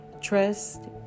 trust